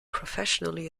professionally